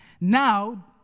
Now